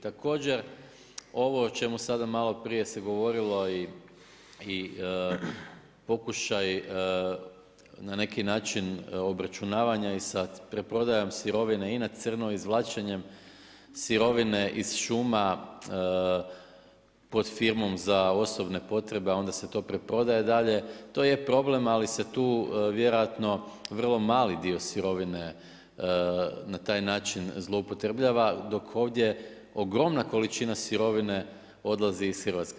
Također ovo o čemu sada malo prije se govorilo i pokušaj na neki način obračunavanja i sa preprodajom sirovine i na crno, izvlačenje sirovine iz šuma pod firmom za osobne potrebe a onda se to preprodaje dalje, to je problem ali se tu vjerovatno vrlo mali dio sirovine na taj način zloupotrebljava dok ovdje ogromna količina sirovine odlazi iz Hrvatske.